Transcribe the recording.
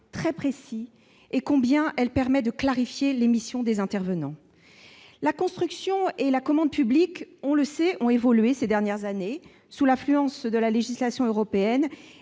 très précis et permet de clarifier les missions des intervenants. La construction et la commande publiques ont évolué ces dernières décennies, sous l'influence de la législation européenne.